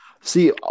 see